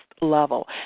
level